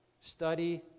study